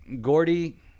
Gordy